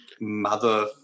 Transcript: mother